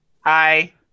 Hi